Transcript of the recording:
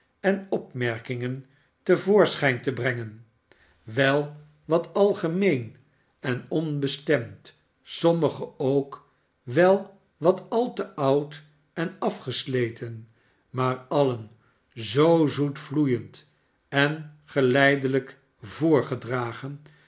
en opmerkingen te voorschijn te brengen wel wat algemeen en onbestemd sommige ook wel wat al te oud en afgesleten maar alien zoo zoetvloeiend en geleidelijk voorgedragen